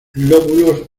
lóbulos